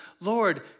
Lord